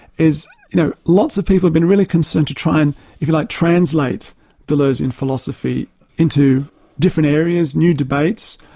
is you know lots of people have been really concerned to try and if you like, translate deleuzean philosophy into different areas, new debates,